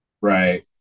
Right